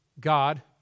God